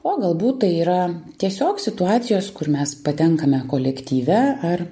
o galbūt tai yra tiesiog situacijos kur mes patenkame kolektyve ar